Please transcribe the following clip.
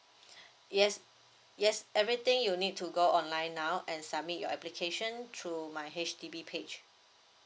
yes yes everything you need to go online now and submit your application through my H_D_B page